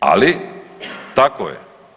Ali tako je.